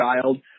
child